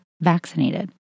vaccinated